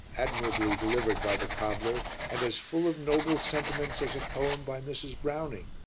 admirably delivered by the cobbler and as full of noble sentiments as a poem by mrs. browning,